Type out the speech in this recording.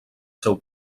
seu